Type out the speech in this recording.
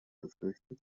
befürchtet